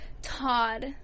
Todd